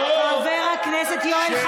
תקריא אותן.